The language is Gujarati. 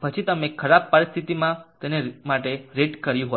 પછી તમે ખરાબ પરિસ્થિતિમાં તેને માટે રેટ કર્યું હોત